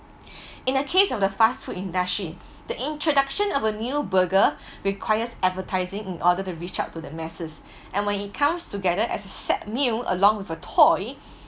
in a case of the fast food industry the introduction of a new burger requires advertising in order to reach out to the masses and when it comes together as a set meal along with a toy